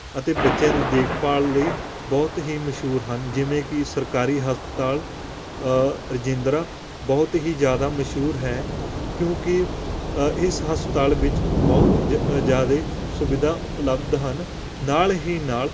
ਅਤੇ ਬੱਚਿਆਂ ਦੀ ਦੇਖਭਾਲ ਲਈ ਬਹੁਤ ਹੀ ਮਸ਼ਹੂਰ ਹਨ ਜਿਵੇਂ ਕਿ ਸਰਕਾਰੀ ਹਸਪਤਾਲ ਰਜਿੰਦਰਾ ਬਹੁਤ ਹੀ ਜ਼ਿਆਦਾ ਮਸ਼ਹੂਰ ਹੈ ਕਿਉਂਕਿ ਇਸ ਹਸਪਤਾਲ ਵਿੱਚ ਬਹੁਤ ਜ ਜ਼ਿਆਦਾ ਸੁਵਿਧਾ ਉਪਲਬਧ ਹਨ ਨਾਲ ਹੀ ਨਾਲ